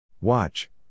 Watch